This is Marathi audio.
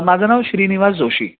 माझं नाव श्रीनिवास जोशी